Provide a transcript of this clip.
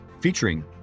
featuring